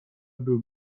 był